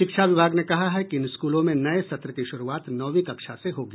शिक्षा विभाग ने कहा है कि इन स्कूलों में नये सत्र की शुरूआत नौवीं कक्षा से शुरू होगी